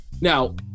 Now